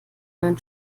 neuen